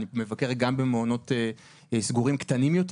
אני מבקר גם במעונות סגורים קטנים יותר